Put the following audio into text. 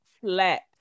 flat